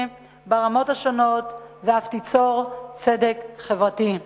ברמות השונות ואף תיצור צדק חברתי.